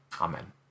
Amen